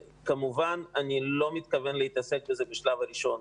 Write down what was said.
ואני לא מתכוון לעסוק בזה בשלב הראשון,